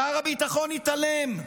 שר הביטחון התעלם,